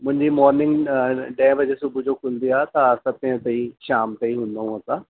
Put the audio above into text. मुंहिंजी मॉर्निंग ॾहे बजे सुबुह जो खुलंदी आहे तव्हां सते ताईं शाम ताईं हूंदा आहियूं असां